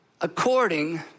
according